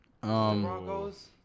Broncos